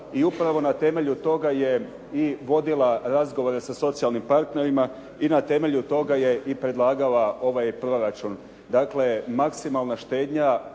i upravo na temelju toga je i vodila razgovore sa socijalnim partnerima i na temelju toga je i predlagala ovaj proračun. Dakle, maksimalna štednja.